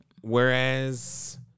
Whereas